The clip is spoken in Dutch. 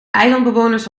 eilandbewoners